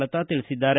ಲತಾ ತಿಳಿಸಿದ್ದಾರೆ